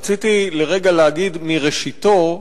רציתי לרגע להגיד "מראשיתו",